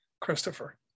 Christopher